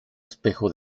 espejo